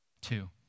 Two